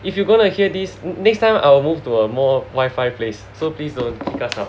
if you gonna hear this next time I will move to a more my wifi place so please don't discuss now